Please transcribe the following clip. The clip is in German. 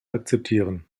akzeptieren